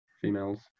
females